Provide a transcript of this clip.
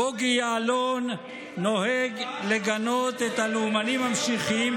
בוגי יעלון נוהג לגנות את "הלאומנים המשיחיים",